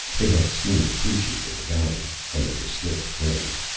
they had seen the creatures of the valley, and they were still afraid.